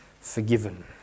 forgiven